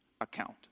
account